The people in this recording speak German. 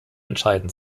entscheidend